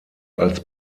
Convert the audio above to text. als